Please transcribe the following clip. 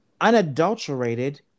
unadulterated